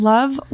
Love